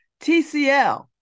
TCL